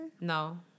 No